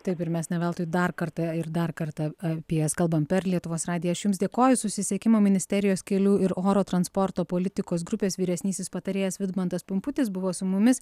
taip ir mes ne veltui dar kartą ir dar kartą apie jas kalbam per lietuvos radiją aš jums dėkoju susisiekimo ministerijos kelių ir oro transporto politikos grupės vyresnysis patarėjas vidmantas pumputis buvo su mumis